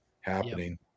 happening